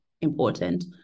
important